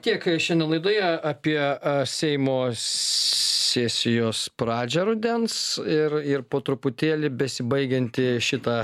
tiek šiandien laidoje apie seimo sesijos pradžią rudens ir ir po truputėlį besibaigiantį šitą